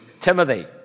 Timothy